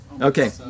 Okay